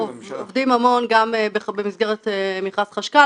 אני יודע גם את הצד השני,